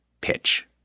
pitch